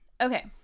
Okay